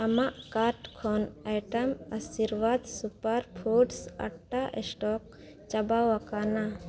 ᱟᱢᱟᱜ ᱠᱟᱨᱰ ᱠᱷᱚᱱ item Aashirvaad super foods atta stock ᱪᱟᱵᱟᱣ ᱟᱠᱟᱱᱟ